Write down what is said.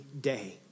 day